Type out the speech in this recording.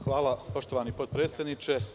Hvala poštovani potpredsedniče.